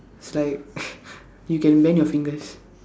it's like you can bend your fingers